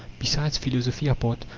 besides, philosophy apart,